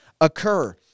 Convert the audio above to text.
occur